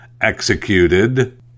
executed